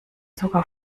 sogar